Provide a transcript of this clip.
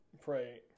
pray